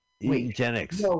eugenics